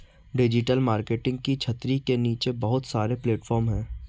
digital marketing की छतरी के नीचे बहुत सारे प्लेटफॉर्म हैं